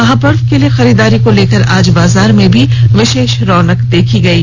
महापर्व के लिए खरीदारी को लेकर आज बाजार में भी विशेष रौनक देखी गयी